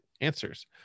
answers